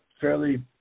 fairly